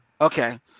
Okay